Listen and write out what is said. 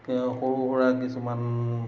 সৰু সুৰা কিছুমান